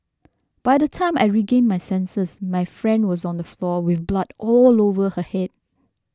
by the time I regained my senses my friend was on the floor with blood all over her head